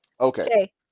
Okay